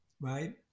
right